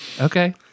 Okay